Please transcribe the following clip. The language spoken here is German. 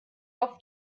auf